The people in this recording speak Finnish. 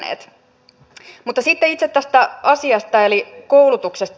mutta sitten itse tästä asiasta eli koulutuksesta